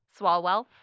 Swalwell